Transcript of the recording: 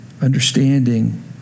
understanding